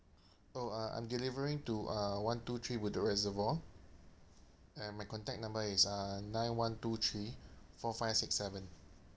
oh uh I'm delivering to uh one two three bedok reservoir and my contact number is uh nine one two three four five six seven